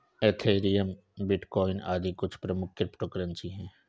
Ethereum, bitcoin आदि कुछ प्रमुख क्रिप्टो करेंसी है